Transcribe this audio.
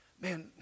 Man